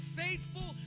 faithful